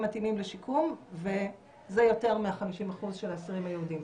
מתאימים לשיקום וזה יותר מה-50% של האסירים היהודים.